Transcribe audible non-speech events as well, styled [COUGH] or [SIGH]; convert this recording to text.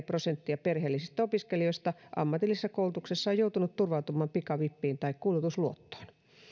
[UNINTELLIGIBLE] prosenttia perheellisistä opiskelijoista ammatillisessa koulutuksessa on joutunut turvautumaan pikavippiin tai kulutusluottoon